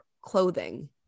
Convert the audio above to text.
clothing